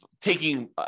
taking